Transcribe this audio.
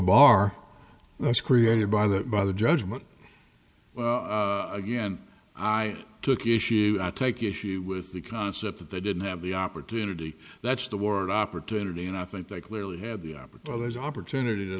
bar that's created by that by the judgment well again i took issue i take issue with the concept that they didn't have the opportunity that's the word opportunity and i think they clearly had the opportunity as an opportunity to